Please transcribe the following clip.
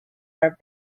are